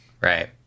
right